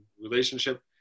relationship